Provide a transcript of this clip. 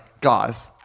guys